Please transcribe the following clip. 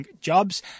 jobs